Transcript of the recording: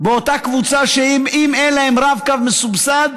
באותה קבוצה שאם אין להם רב-קו מסובסד,